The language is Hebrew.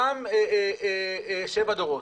גם שבעה דורות.